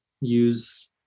use